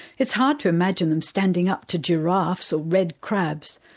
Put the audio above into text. it's hard to imagine them standing up to giraffes or red crabs,